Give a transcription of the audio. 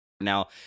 Now